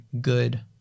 good